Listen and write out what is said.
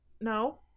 No